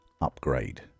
upgrade